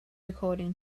according